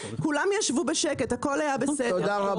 כולם ישבו בשקט, הכול היה בסדר -- תודה רבה.